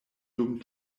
dum